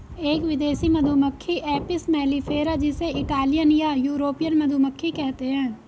एक विदेशी मधुमक्खी एपिस मेलिफेरा जिसे इटालियन या यूरोपियन मधुमक्खी कहते है